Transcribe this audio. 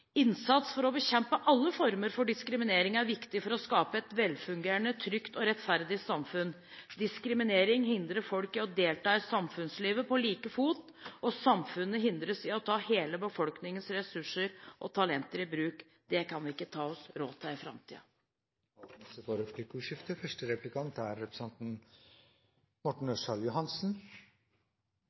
Innsats for å bekjempe alle former for diskriminering er viktig for å skape et velfungerende, trygt og rettferdig samfunn. Diskriminering hindrer folk i å delta i samfunnslivet på like fot, og samfunnet hindres i å ta hele befolkningens ressurser og talenter i bruk – det kan vi ikke ta oss råd til i framtiden. Det åpnes for replikkordskifte.